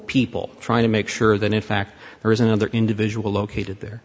people trying to make sure that in fact there is another individual located there